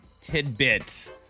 tidbits